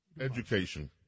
Education